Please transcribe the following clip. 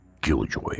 Killjoy